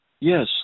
Yes